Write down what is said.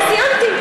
אני סיימתי.